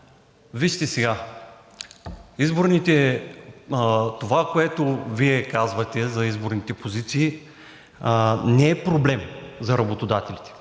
Вижте сега, това, което Вие казвате за изборните позиции, не е проблем за работодателите